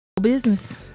business